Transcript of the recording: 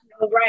Right